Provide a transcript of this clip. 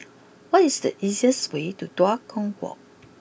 what is the easiest way to Tua Kong walk